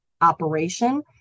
operation